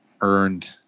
earned